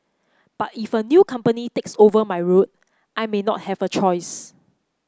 but if a new company takes over my route I may not have a choice